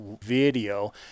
video